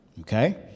Okay